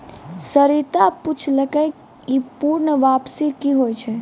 सरिता पुछलकै ई पूर्ण वापसी कि होय छै?